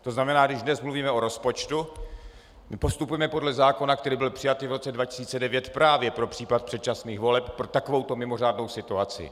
To znamená, když dnes mluvíme o rozpočtu, postupujeme podle zákona, který byl přijat i v roce 2009 právě pro případ předčasných voleb, pro takovouto mimořádnou situaci.